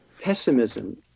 pessimism